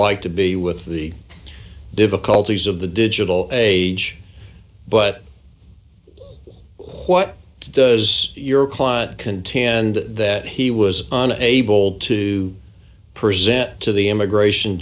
like to be with the difficulties of the digital age but what does your client contend that he was unable to present to the immigration